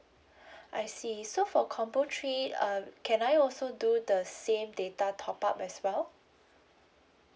I see so for combo three um can I also do the same data top up as well